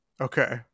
Okay